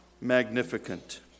Magnificent